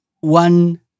one